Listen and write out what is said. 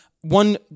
one